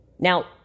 Now